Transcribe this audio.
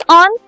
on